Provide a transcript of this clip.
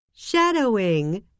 Shadowing